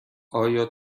آیا